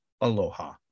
aloha